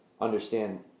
understand